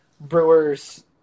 Brewers